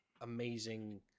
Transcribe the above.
amazing